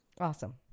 awesome